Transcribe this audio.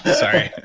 sorry,